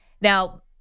now